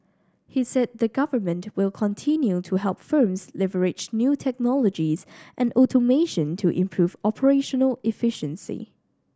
he said the government will continue to help firms leverage new technologies and automation to improve operational efficiency